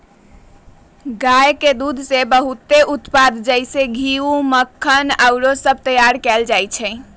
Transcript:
गाय के दूध से बहुते उत्पाद जइसे घीउ, मक्खन आउरो सभ तइयार कएल जाइ छइ